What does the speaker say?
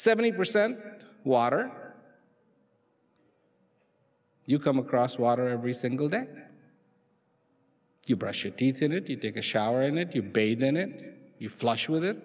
seventy percent water you come across water every single day you brush your teeth in it to take a shower and if you bathe in it you flush with it